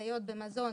שמסייעות במזון